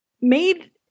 made